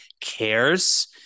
cares